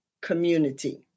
community